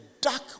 dark